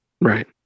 Right